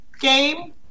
game